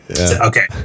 Okay